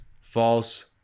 false